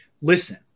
listen